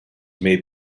may